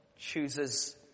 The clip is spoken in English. chooses